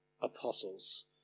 apostles